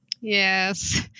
yes